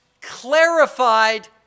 clarified